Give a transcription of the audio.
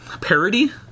parody